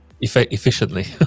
efficiently